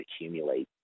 accumulate